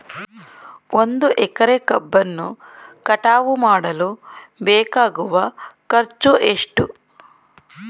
ಒಂದು ಎಕರೆ ಕಬ್ಬನ್ನು ಕಟಾವು ಮಾಡಲು ಬೇಕಾಗುವ ಖರ್ಚು ಎಷ್ಟು?